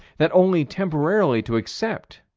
that only temporarily to accept